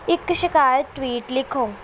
ਇੱਕ ਸ਼ਿਕਾਇਤ ਟਵੀਟ ਲਿਖੋ